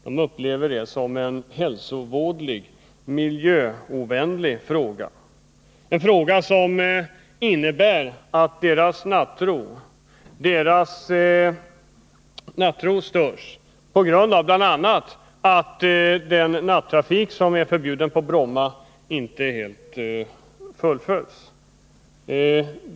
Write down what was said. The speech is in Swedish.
De upplever detta som något hälsovådligt och miljöovänligt — deras nattro störs bl.a. på grund av att bestämmelserna om förbud mot nattrafik på Brommainte helt följs.